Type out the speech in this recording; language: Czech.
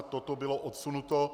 Toto bylo odsunuto.